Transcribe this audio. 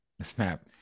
Snap